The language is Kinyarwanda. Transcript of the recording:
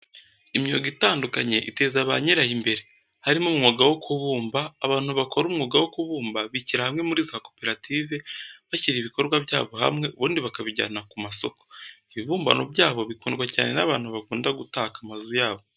Imyuga itandukanye iteza ba nyirayo imbere, harimo umwuga wo kubumba, abantu bakora umwuga wo kubumba bishyira hamwe muri za koperative, bashyira ibikorwa byabo hamwe ubundi bakabijyana ku masoko. Ibibumbano byabo bikundwa cyane n'abantu bakunda gutaka amazu yabo.